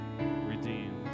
Redeemed